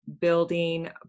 building